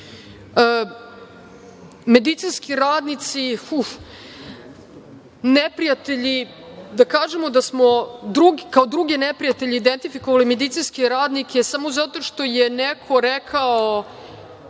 imenom. Medicinski radnici, neprijatelji, da kažemo da smo kao druge neprijatelje identifikovali medicinske radnike samo zato što je neko rekao